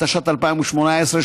התשע"ט 2018,